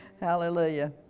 Hallelujah